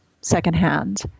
secondhand